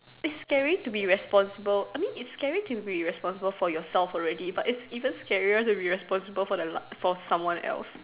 it's scary to be responsible I mean it's scary to be responsible for your self already but it's even scarier to be responsible for someone else